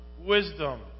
wisdom